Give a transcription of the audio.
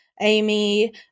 Amy